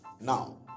Now